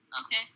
Okay